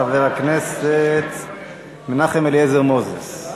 חבר הכנסת מנחם אליעזר מוזס.